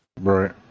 right